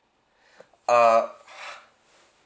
err